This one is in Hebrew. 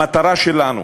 המטרה שלנו,